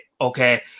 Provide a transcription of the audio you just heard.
okay